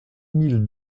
mille